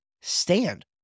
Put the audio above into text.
stand